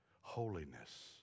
holiness